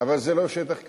אבל זה לא שטח כבוש.